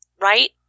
Right